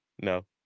no